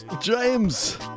James